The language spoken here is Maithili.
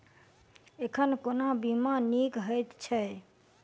एखन कोना बीमा नीक हएत छै?